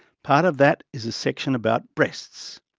part of that is a section about breasts.